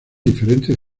diferentes